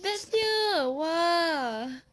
bestnya !wah!